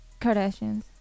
Kardashians